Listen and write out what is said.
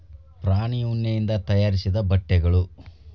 ಪ್ರಾಣಿ ಉಣ್ಣಿಯಿಂದ ತಯಾರಿಸಿದ ಬಟ್ಟೆಗಳು